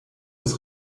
des